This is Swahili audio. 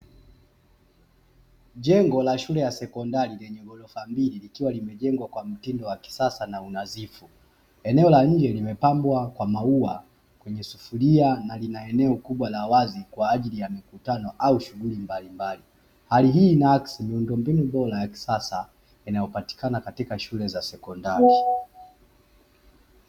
Jengo la shule ya sekondari lenye ghorofa mbili likiwa limejengwa kwa mtindo wa kisasa na unadhifu, eneo la nje limepambwa kwa maua kwenye sufuria na lina eneo kubwa la wazi kwa ajili ya mikutano au shughuli mbalimbali; hali hii inaakisi miundombinu bora ya kisasa inayopatikana katika shule za sekondari.